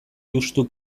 juxtu